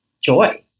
joy